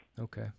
Okay